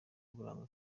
uburanga